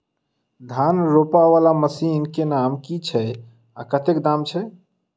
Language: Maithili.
धान रोपा वला मशीन केँ नाम की छैय आ कतेक दाम छैय?